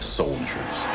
soldiers